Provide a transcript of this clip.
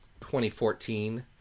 2014